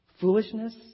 foolishness